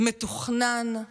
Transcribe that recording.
מתוכנן,